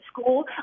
school